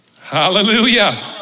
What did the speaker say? Hallelujah